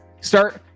start